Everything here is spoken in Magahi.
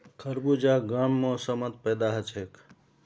खरबूजा गर्म मौसमत पैदा हछेक